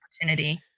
opportunity